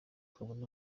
twabona